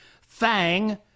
Fang